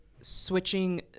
switching